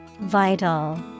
Vital